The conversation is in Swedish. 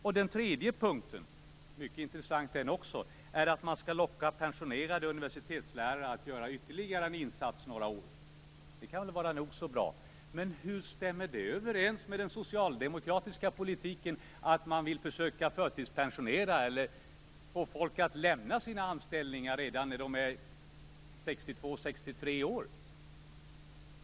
För det tredje skall man locka pensionerade universitetslärare att göra ytterligare en insats under några år. Det kan vara nog så bra. Men hur stämmer det överens med den socialdemokratiska politiken att man vill försöka förtidspensionera eller få människor att lämna sina anställningar redan när de är 62-63 år?